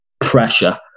pressure